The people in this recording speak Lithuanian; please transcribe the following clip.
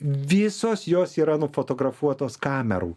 visos jos yra nufotografuotos kamerų